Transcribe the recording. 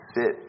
sit